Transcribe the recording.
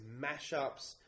mashups